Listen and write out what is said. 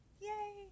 Yay